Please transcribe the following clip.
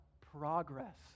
progress